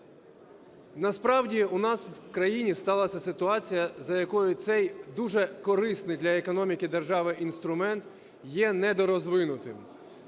Насправді у нас в країні сталася ситуація, за якою цей, дуже корисний для економіки держави інструмент є недорозвинутим.